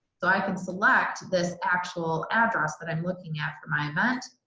so i can select this actual address that i'm looking at for my event.